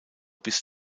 bis